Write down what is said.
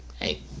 Hey